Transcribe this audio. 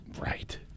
Right